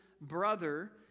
brother